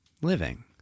living